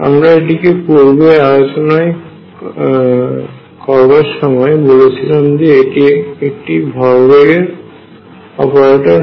আমরা এটিকে পূর্বে আলোচনা করার সময় বলেছিলাম এটি একটি ভরবেগ এর অপরেটর হয়